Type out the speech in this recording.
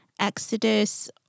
Exodus